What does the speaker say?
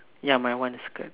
ya my one is skirt